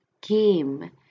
came